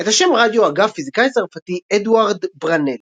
את השם "רדיו" הגה הפיזיקאי הצרפתי אדוארד בראנלי.